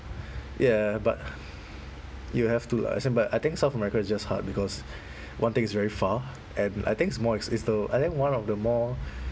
ya but you have to lah as in but I think south america is just hard because one thing it's very far and I think it's more ex it's the I think one of the more